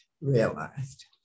realized